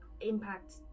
impact